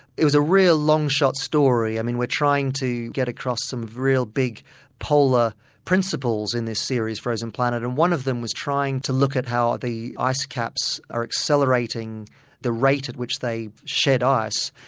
it was a real long-shot story. i mean, we're trying to get across some really big polar principles in this series frozen planet, and one of them was trying to look at how the ice caps are accelerating the rate at which they shed ice.